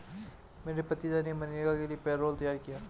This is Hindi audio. मेरे पिताजी ने मनरेगा के लिए पैरोल तैयार किया